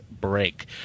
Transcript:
break